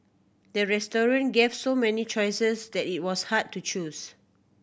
the restaurant gave so many choices that it was hard to choose